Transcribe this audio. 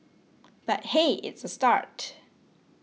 but hey it's a start